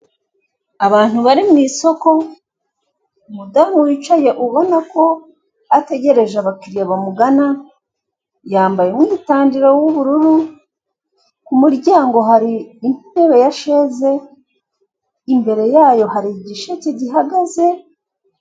Abantu bari mu isoko umudamu wicaye ubona ko ategereje abakiriya bamugana yambaye umwitandiro w'ubururu ku muryango hari intebe ya sheze imbere yayo hari igisheke gihagaze.